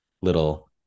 little